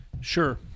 Sure